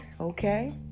okay